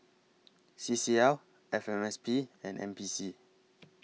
C C L F M S P and N P C